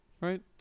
Right